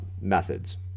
methods